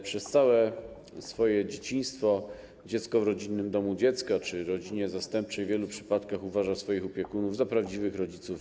Przez całe swoje dzieciństwo dziecko w rodzinnym domu dziecka czy w rodzinie zastępczej w wielu przypadkach uważa swoich opiekunów za prawdziwych rodziców.